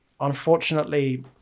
Unfortunately